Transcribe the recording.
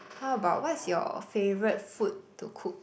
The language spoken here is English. how about what's your favourite food to cook